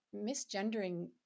Misgendering